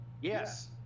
Yes